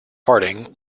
harding